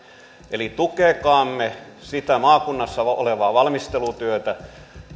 eli tukekaamme sitä maakunnassa olevaa valmistelutyötä